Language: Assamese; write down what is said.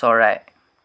চৰাই